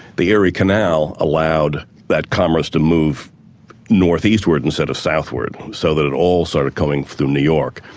the erie canal allowed that commerce to move north-eastward, instead of southward, so that it all started coming through new york.